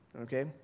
Okay